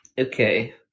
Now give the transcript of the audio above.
Okay